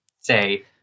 say